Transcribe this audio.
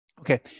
Okay